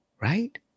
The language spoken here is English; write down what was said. Right